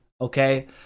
okay